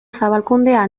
zabalkundea